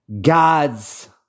God's